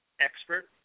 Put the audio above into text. expert